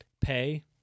Pay